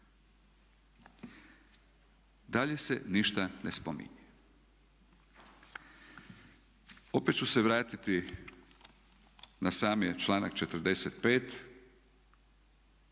Dalje se ništa ne spominje. Opet ću se vratiti na sami članak